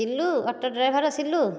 Silu auto driver Silu